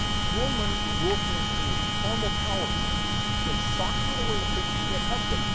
your money in your hands today is far more powerful then socking it away in a place you can't touch it.